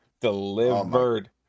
delivered